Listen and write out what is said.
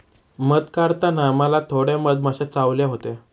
मध काढताना मला थोड्या मधमाश्या चावल्या होत्या